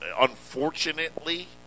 unfortunately